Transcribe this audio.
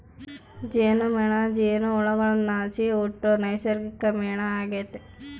ಜೇನುಮೇಣ ಜೇನುಹುಳುಗುಳ್ಲಾಸಿ ಹುಟ್ಟೋ ನೈಸರ್ಗಿಕ ಮೇಣ ಆಗೆತೆ